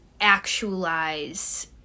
actualize